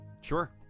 Sure